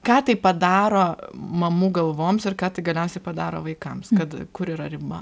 ką tai padaro mamų galvoms ir ką tai galiausiai padaro vaikams kad kur yra riba